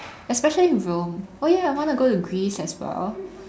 especially Rome oh yeah I want to go to Greece as well